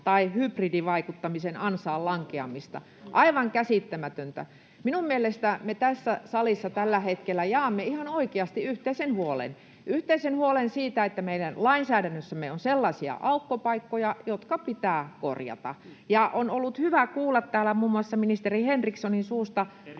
tai hybridivaikuttamisen ansaan lankeamista. Aivan käsittämätöntä. Minun mielestäni me tässä salissa tällä hetkellä jaamme ihan oikeasti yhteisen huolen, yhteisen huolen siitä, että meidän lainsäädännössämme on sellaisia aukkopaikkoja, jotka pitää korjata. On ollut hyvä kuulla täällä muun muassa ministeri Henrikssonin suusta